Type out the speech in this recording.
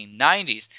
1990s